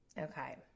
Okay